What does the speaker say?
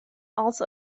also